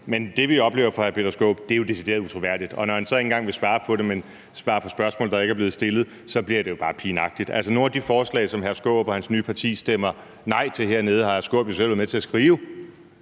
men det, vi oplever fra hr. Peter Skaarups side, er jo decideret utroværdigt, og når han så ikke engang vil svare, men kun vil svare på spørgsmål, der ikke er blevet stillet, bliver det jo bare pinagtigt. Nogle af de forslag, som hr. Peter Skaarup og hans nye parti stemmer nej til hernede, har hr. Peter Skaarup jo selv været med til at skrive,